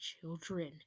children